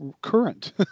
current